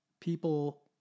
people